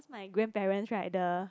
my grandparents right the